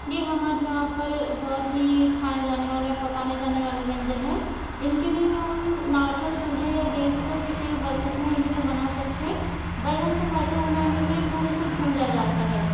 ये हमारे यहाँ पर बहुत ही खाया जाने वाला पकाने जाने वाला व्यंजन है इनके लिए हम नार्मल चूल्हे या गैस पर किसी भी बर्तन में इनको बना सकते हैं बैगन का भरता बनाने के लिऐ एक बार इसे भुना जाता है